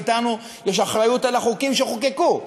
ואחת מאתנו, יש אחריות לחוקים שחוקקו.